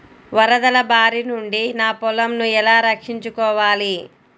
వరదల భారి నుండి నా పొలంను ఎలా రక్షించుకోవాలి?